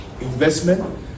investment